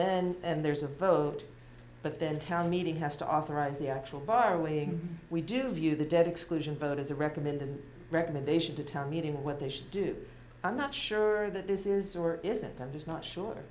then there's a vote but then town meeting has to authorize the actual borrowing we do view the debt exclusion vote as a recommended recommendation to tell me what they should do i'm not sure that this is or isn't i'm just not sure